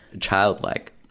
childlike